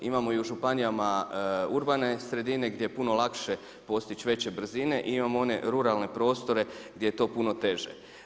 Imamo i u županijama urbane sredine, gdje puno lakše postići veće brzine i imamo one ruralne prostore gdje je to puno teže.